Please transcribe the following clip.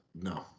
no